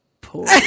poor